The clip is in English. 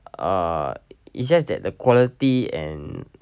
err it's just that the quality and